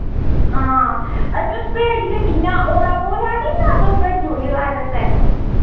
आं ते तुस भेजगे कियां ते आपूं आवां लैने ई जां तुस भेजी ओड़गे घर तगर